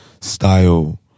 style